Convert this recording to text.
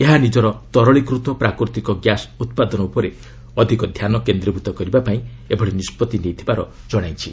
ଏହା ନିକର ତରଳୀକୃତ ପ୍ରାକୃତିକ ଗ୍ୟାସ୍ ଉତ୍ପାଦନ ଉପରେ ଅଧିକ ଧ୍ୟାନ କେନ୍ଦ୍ରୀଭୂତ କରିବାପାଇଁ ଏଭଳି ନିଷ୍ପଭି ନେଉଥିବାର ଜଣାଇଛି